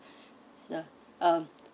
uh